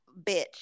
bitch